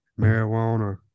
marijuana